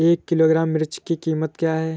एक किलोग्राम मिर्च की कीमत क्या है?